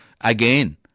Again